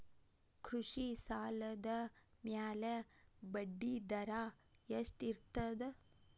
ಕೃಷಿ ಸಾಲದ ಮ್ಯಾಲೆ ಬಡ್ಡಿದರಾ ಎಷ್ಟ ಇರ್ತದ?